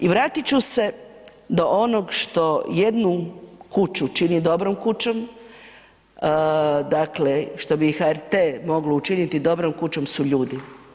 I vratit ću se do onog što jednu kuću čini dobrom kućom, dakle što bi HRT moglo učiniti dobrom kućom su ljudi.